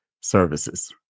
services